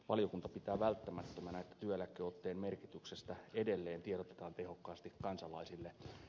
valiokunta pitää välttämättömänä että työeläkeotteen merkityksestä edelleen tiedotetaan tehokkaasti kansalaisille